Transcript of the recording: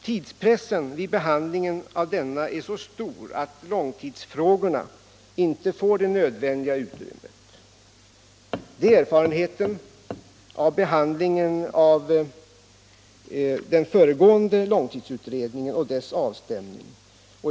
Tidspressen vid behandlingen av denna är så stor att långtidsfrågorna inte får det nödvändiga utrymmet — det är erfarenheten av behandlingen av den föregående långtidsutredningen och dess avstämning.